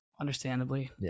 understandably